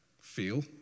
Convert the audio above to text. feel